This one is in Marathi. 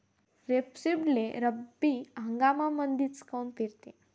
रेपसीडले रब्बी हंगामामंदीच काऊन पेरतात?